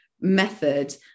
method